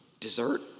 dessert